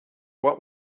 what